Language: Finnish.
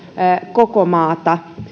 koko maata